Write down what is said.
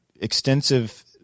extensive